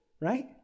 Right